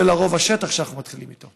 זה לרוב השטח שאנחנו מתחילים אתו.